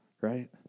right